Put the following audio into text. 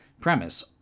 premise